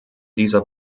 dieser